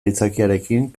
aitzakiarekin